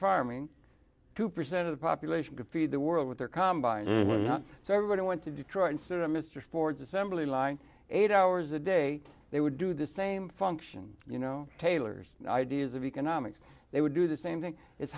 farming two percent of the population could feed the world with their combine so everybody went to detroit and sort of mr ford's assembly line eight hours a day they would do the same function you know taylor's ideas of economics they would do the same thing it's